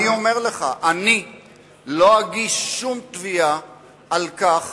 אני אומר לך: אני לא אגיש שום תביעה על כך